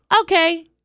okay